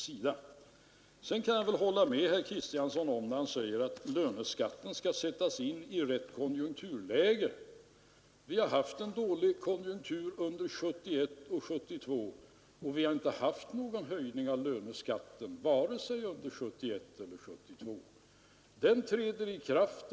Sedan kan jag hålla med herr Kristiansson om att löneskatten skall sättas in i rätt konjunkturläge. Vi har haft en dålig konjunktur under 1971 och 1972, och vi har inte haft någon annan höjning av löneskatten vare sig under 1971 eller 1972 än den vi i samråd beslutade om hösten 1970.